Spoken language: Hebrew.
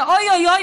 ואוי אוי אוי,